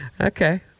Okay